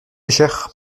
cher